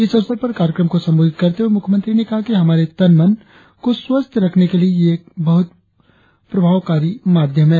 इस अवसर पर कार्यक्रम को संबोधित करते हुए मुख्यमंत्री ने कहा कि हमारे तन मन को स्वस्थ रखने के लिए ये एक बहुत प्रभावकारी माध्यम है